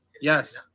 Yes